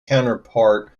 counterpart